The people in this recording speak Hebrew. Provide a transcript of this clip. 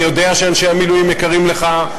אני יודע שאנשי המילואים יקרים לך.